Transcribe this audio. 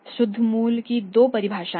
शुद्ध मूल्य की दो परिभाषाएं